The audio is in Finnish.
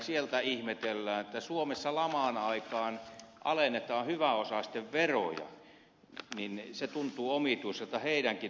eustakin ihmetellään että suomessa laman aikaan alennetaan hyväosaisten veroja ja se tuntuu omituiselta heidänkin näkökulmastaan